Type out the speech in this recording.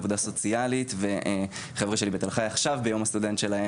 עבודה סוציאלית וחבר'ה שלי בתל-חי עכשיו ביום הסטודנט שלהם,